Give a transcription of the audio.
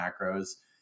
macros